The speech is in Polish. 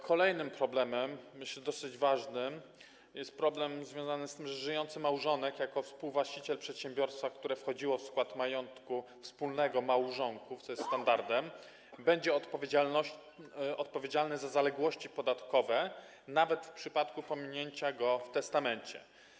Kolejnym problemem, myślę, że dosyć ważnym, jest problem związany z tym, że żyjący małżonek jako współwłaściciel przedsiębiorstwa, które wchodziło w skład majątku wspólnego małżonków, co jest standardem, będzie odpowiedzialny za zaległości podatkowe nawet w przypadku pominięcia go w testamencie.